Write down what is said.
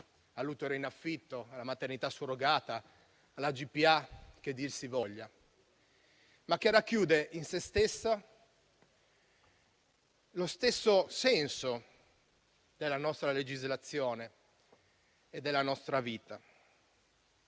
all'utero in affitto, alla maternità surrogata o alla gestazione per altri (GPA), che dir si voglia, ma che racchiude in sé lo stesso senso della nostra legislazione e della nostra vita.